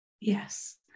Yes